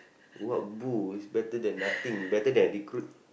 what boo it's better than nothing better than recruit